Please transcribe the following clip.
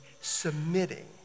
submitting